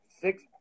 six